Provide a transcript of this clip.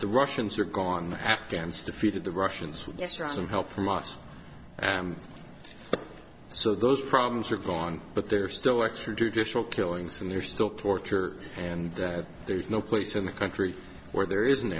the russians are gone afghans defeated the russians distrust them help from us so those problems are gone but they're still extrajudicial killings and they're still torture and there's no place in the country where there isn't